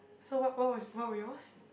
so what what was what was yours